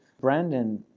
Brandon